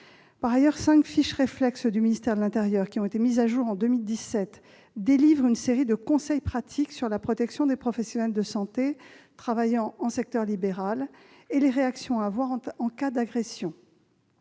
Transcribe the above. Par ailleurs, cinq fiches réflexes du ministère de l'intérieur, mises à jour en 2017, délivrent une série de conseils pratiques sur la protection des professionnels de santé travaillant en secteur libéral et sur les réactions à avoir en cas d'agression.